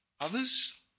others